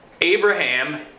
Abraham